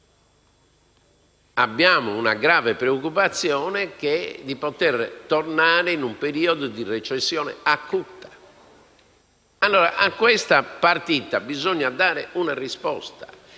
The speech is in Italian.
abbiamo una grave preoccupazione di poter tornare in un periodo di recessione acuta. A questa partita bisogna quindi dare una risposta